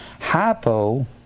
hypo